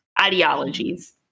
ideologies